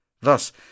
Thus